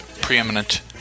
preeminent